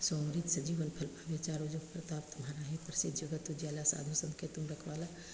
सोई अमित जीवन फल पावे चारों जुग परताप तुम्हारा है परसिद्ध जगत उजियारा साधु सन्त के तुम रखवारे